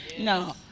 No